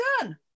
done